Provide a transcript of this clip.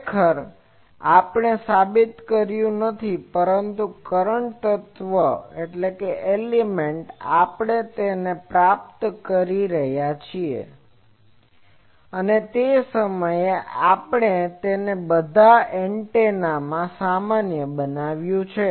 ખરેખર આ આપણે સાબિત કર્યું નથી પરંતુ કરન્ટ તત્વમાં આપણે તેને પ્રાપ્ત કર્યું છે અને તે સમયે આપણે તેને બધા એન્ટેના માટે સામાન્ય બનાવ્યું છે